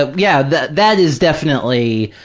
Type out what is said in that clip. but yeah, that that is definitely,